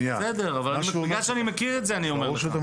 בגלל שאני מכיר את זה אני אומר לך.